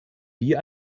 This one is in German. wie